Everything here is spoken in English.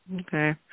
okay